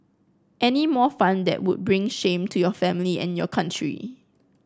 any more fun that would bring shame to your family and your country